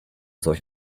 solch